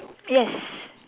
yes